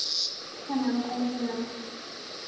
ठीक है ma'am thank you ma'am